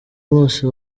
bose